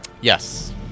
Yes